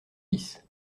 dix